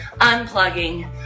unplugging